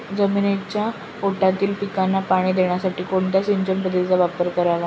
जमिनीच्या पोटातील पिकांना पाणी देण्यासाठी कोणत्या सिंचन पद्धतीचा वापर करावा?